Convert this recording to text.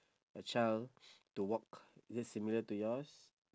a child to walk is it similar to yours